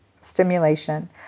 stimulation